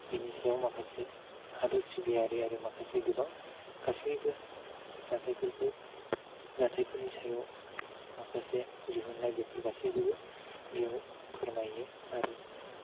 बिनि सायाव माखासे हादर सिबियारि आरो माखासे गोबां गासैबो जाथायफोरखौ जाथायफोरनि सायाव माखासे दिहुन्नाय बेफोर गासैखौबो बेयाव फोरमायो आरो